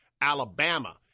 Alabama